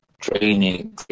training